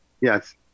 yes